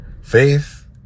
Faith